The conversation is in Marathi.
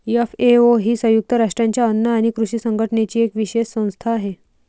एफ.ए.ओ ही संयुक्त राष्ट्रांच्या अन्न आणि कृषी संघटनेची एक विशेष संस्था आहे